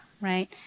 right